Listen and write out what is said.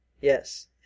Yes